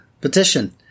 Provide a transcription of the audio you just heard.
petition